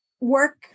work